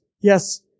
yes